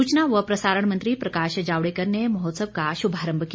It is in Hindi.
सूचना व प्रसारण मंत्री प्रकाश जावड़ेकर ने महोत्सव का शुभारंभ किया